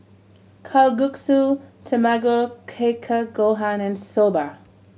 Kalguksu Tamago Kake Gohan and Soba